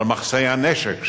על מחסני הנשק שבו,